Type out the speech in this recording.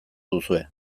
duzue